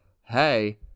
hey